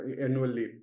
annually